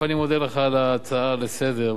אני מודה לך על ההצעה לסדר-היום,